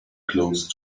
close